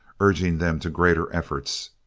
urging them to greater efforts,